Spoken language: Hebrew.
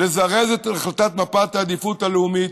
לזרז את ההחלטה על מפת העדיפות הלאומית,